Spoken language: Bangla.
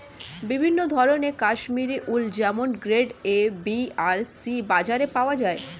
বিভিন্ন ধরনের কাশ্মীরি উল যেমন গ্রেড এ, বি আর সি বাজারে পাওয়া যায়